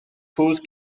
choses